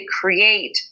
create